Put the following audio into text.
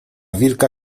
wilka